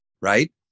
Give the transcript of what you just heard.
right